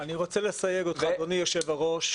אני רוצה לסייג אותך, אדוני היושב-ראש,